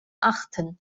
achten